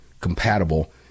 compatible